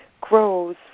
grows